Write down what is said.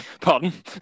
Pardon